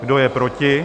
Kdo je proti?